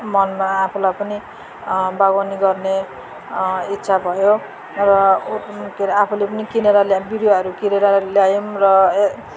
मनमा आफूलाई पनि बागवानी गर्ने इच्छा भयो र के अरे आफूले पनि किनेर बिरुवाहरू किनेर ल्याएँ पनि र